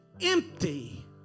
empty